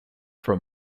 for